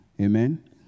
Amen